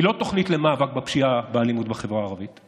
היא לא תוכנית למאבק בפשיעה ובאלימות בחברה הערבית.